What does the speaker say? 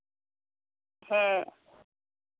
ᱦᱮᱸ